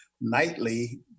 nightly